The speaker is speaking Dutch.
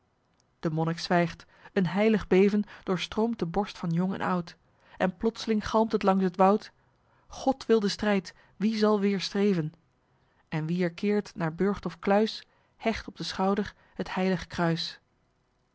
de monnik zwijgt een heilig beven doorstroomt de borst van jong en oud en plots'ling galmt het langs het woud god wil den strijd wie zal weerstreven en wie er keert naar burcht of kluis hecht op den schouder t heilig kruis